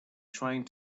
trying